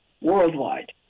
worldwide